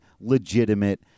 legitimate